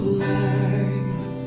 life